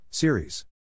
Series